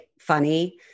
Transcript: funny